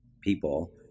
people